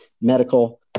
Medical